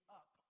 up